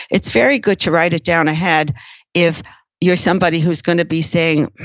it's very good to write it down ahead if you're somebody who's gonna be saying,